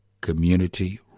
community